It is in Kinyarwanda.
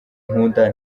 nkunda